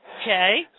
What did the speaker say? Okay